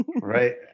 Right